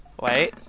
Wait